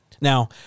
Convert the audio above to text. Now